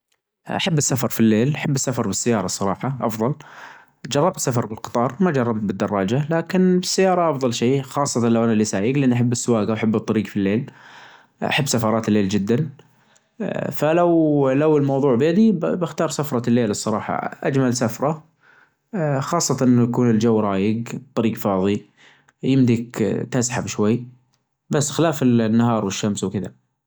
أحب الجهوة وهى مشروب بسيط، جهوة سكر شا جهوة سكر موية بس مش أكتر من كدا، هالجاد جهوة وعليها معلجة سكر وتحطها فى ال الوعاء اللى راح حظرها فيه، وياسلام لو تحطها عبعد على الظو على الحطب يعنى أو على الفحم أو على شي بتطلع مرة چميلة يعنى أحسن من ال أحسن من اللى على ال-ال-الغاز العادى حج المنزل.